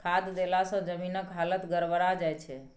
खाद देलासँ जमीनक हालत गड़बड़ा जाय छै